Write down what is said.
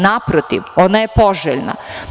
Naprotiv, ona je poželjna.